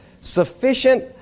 ...sufficient